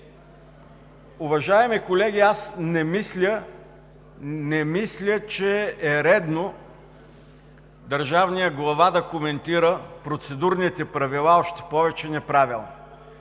Уважаеми колеги, аз не мисля, че е редно държавният глава да коментира процедурните правила, още повече – неправилно.